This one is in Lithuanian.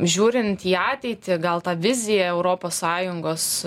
žiūrint į ateitį gal ta vizija europos sąjungos